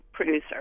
producer